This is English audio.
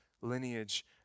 lineage